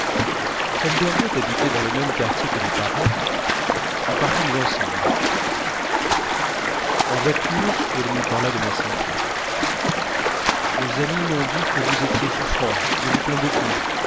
comme bergotte habitait dans le même quartier que mes parents nous partîmes ensemble en voiture il me parla de ma santé nos amis m'ont dit que vous étiez souffrant je vous plains beaucoup